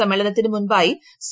സ്മ്മേളനത്തിനു മുമ്പായി സി